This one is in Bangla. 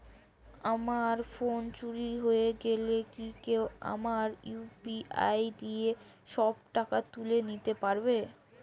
আমার ফোন চুরি হয়ে গেলে কি কেউ আমার ইউ.পি.আই দিয়ে সব টাকা তুলে নিতে পারবে?